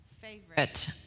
Favorite